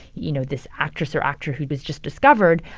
you know, this actress or actor who was just discovered.